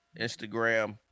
Instagram